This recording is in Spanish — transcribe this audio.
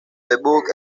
debut